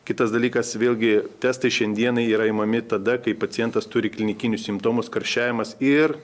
kitas dalykas vėlgi testai šiandieną yra imami tada kai pacientas turi klinikinius simptomus karščiavimas ir